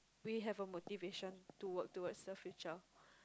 we have a motivation to work towards the future